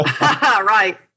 Right